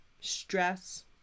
stress